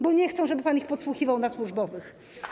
Bo nie chcą, żeby pan ich podsłuchiwał na służbowych.